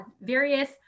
various